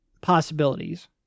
possibilities